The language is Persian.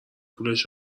پولش